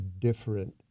different